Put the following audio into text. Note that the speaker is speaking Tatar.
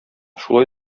шулай